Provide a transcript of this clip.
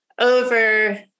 over